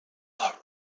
our